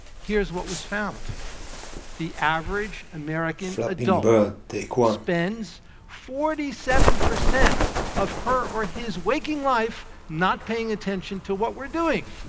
here's what was found the average american adult spends forty seven percent of her or his waking life not paying attention to what we're doing.